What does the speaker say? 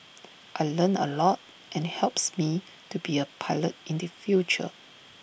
I learnt A lot and helps me to be A pilot in the future